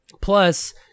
plus